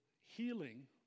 healing